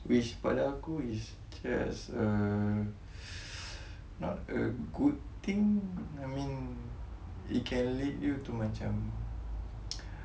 which pada aku is just uh not a good thing it can lead you to I'm not a good thing I mean it can lead you to macam